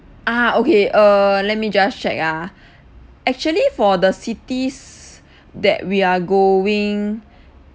ah okay err let me just check ah actually for the cities that we are going